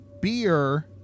beer